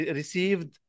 received